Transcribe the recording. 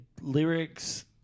lyrics